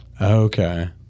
Okay